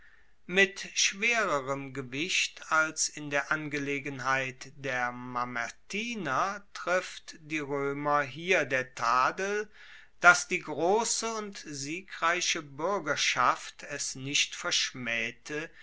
mit schwererem gewicht als in der angelegenheit der mamertiner trifft die roemer hier der tadel dass die grosse und siegreiche buergerschaft es nicht verschmaehte